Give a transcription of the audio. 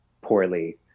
poorly